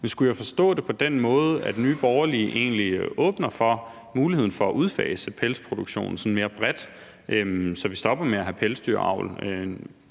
Men skulle jeg forstå det på den måde, at Nye Borgerlige egentlig åbner for muligheden for at udfase pelsproduktion sådan mere bredt, så vi stopper med at have pelsdyravl?